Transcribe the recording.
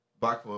back